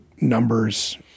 numbers